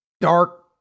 dark